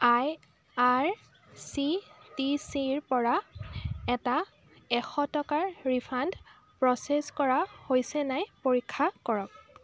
আই R C T C ৰ পৰা এটা এশ টকাৰ ৰিফাণ্ড প্ৰ'চেছ কৰা হৈছে নাই পৰীক্ষা কৰক